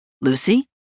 Lucy